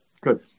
Good